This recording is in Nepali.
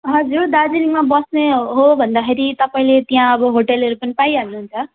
हजुर दार्जिलिङमा बस्ने हो भन्दाखेरि तपाईँले त्यहाँ अब होटेलहरू पनि पाइहाल्नु हुन्छ